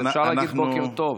אז אפשר להגיד בוקר טוב.